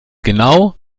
genau